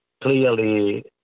clearly